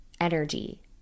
energy